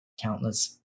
countless